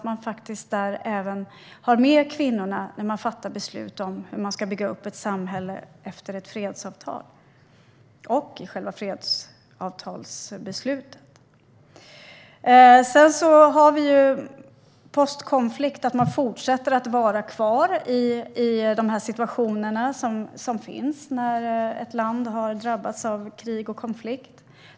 Man måste även ha med kvinnorna när man fattar beslut om hur ett samhälle ska byggas upp efter ett fredsavtal och i själva fredsavtalsbeslutet. När det gäller postkonflikt bör man fortsätta att vara kvar när ett land har drabbats av krig och konflikt.